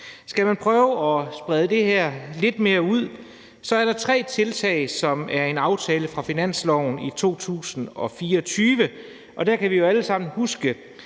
Skal man prøve at brede det her lidt mere ud, er der tre tiltag, som er fra en aftale fra finansloven for 2024. Der kan vi jo alle sammen huske,